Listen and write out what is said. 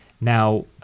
now